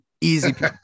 Easy